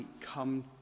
come